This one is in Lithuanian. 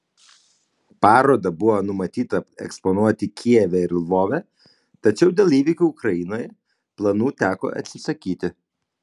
parodą buvo numatyta eksponuoti kijeve ir lvove tačiau dėl įvykių ukrainoje planų teko atsisakyti